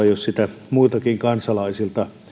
jos sitä muiltakin kansalaisilta